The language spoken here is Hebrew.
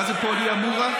מה זה, פוליאמוריה?